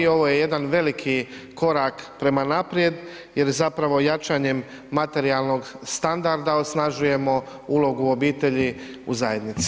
Ovo je jedan veliki korak prema naprijed jer zapravo jačanjem materijalnog standarda osnažujemo ulogu obitelji u zajednici.